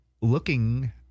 Looking